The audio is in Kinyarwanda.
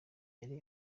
yari